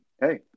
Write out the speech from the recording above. hey